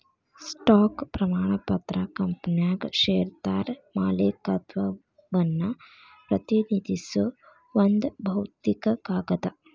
stock ಪ್ರಮಾಣ ಪತ್ರ ಕಂಪನ್ಯಾಗ ಷೇರ್ದಾರ ಮಾಲೇಕತ್ವವನ್ನ ಪ್ರತಿನಿಧಿಸೋ ಒಂದ್ ಭೌತಿಕ ಕಾಗದ